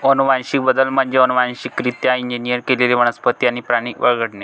अनुवांशिक बदल म्हणजे अनुवांशिकरित्या इंजिनियर केलेले वनस्पती आणि प्राणी वगळणे